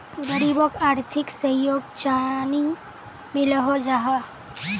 गरीबोक आर्थिक सहयोग चानी मिलोहो जाहा?